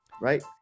right